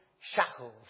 shackles